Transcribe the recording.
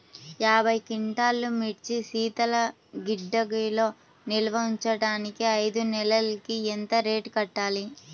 యాభై క్వింటాల్లు మిర్చి శీతల గిడ్డంగిలో నిల్వ ఉంచటానికి ఐదు నెలలకి ఎంత రెంట్ కట్టాలి?